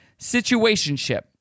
Situationship